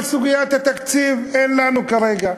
אבל סוגיית התקציב, אין לנו כרגע.